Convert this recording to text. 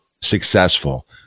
successful